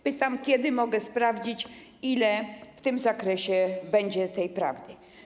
Pytam, kiedy mogę sprawdzić, ile w tym zakresie będzie prawdy.